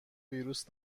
ویروس